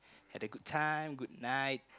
had a good time good night